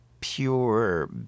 pure